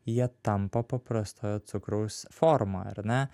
jie tampa paprastojo cukraus forma ar ne